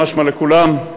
משמע לכולם,